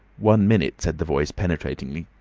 one minute, said the voice, penetratingly,